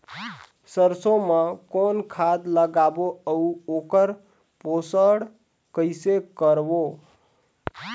सरसो मा कौन खाद लगाबो अउ ओकर पोषण कइसे करबो?